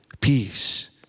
peace